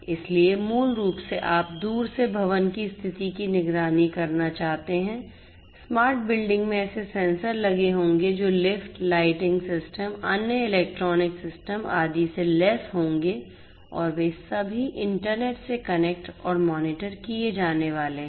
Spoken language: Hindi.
इसलिए मूल रूप से आप दूर से भवन की स्थिति की निगरानी करना चाहते हैं स्मार्ट बिल्डिंग में ऐसे सेंसर लगे होंगे जो लिफ्ट लाइटिंग सिस्टम अन्य इलेक्ट्रॉनिक सिस्टम आदि से लैस होंगे और वे सभी इंटरनेट से कनेक्ट और मॉनिटर किए जाने वाले हैं